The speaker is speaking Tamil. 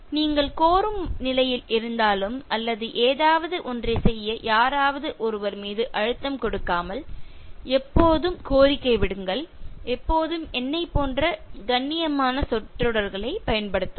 நீங்கள் கோரும் நிலையில் இருந்தாலும் ஏதாவது ஒன்றை செய்ய யாராவது ஒருவர் மீது அழுத்தம் கொடுக்காமல் எப்போதும் கோரிக்கை விடுங்கள் எப்போதும் என்னைப் போன்ற கண்ணியமான சொற்றொடர்களைப் பயன்படுத்துங்கள்